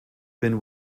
been